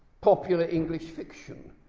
popular english fiction